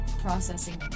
Processing